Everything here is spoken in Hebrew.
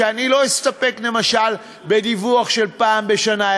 שלא אסתפק למשל בדיווח של פעם בשנה,